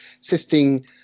assisting